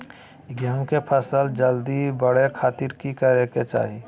गेहूं के फसल जल्दी बड़े खातिर की करे के चाही?